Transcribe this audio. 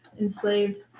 enslaved